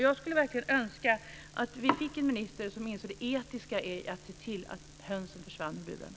Jag skulle verkligen önska att vi fick en minister som insåg det etiska i att se till att hönsen försvann ur burarna.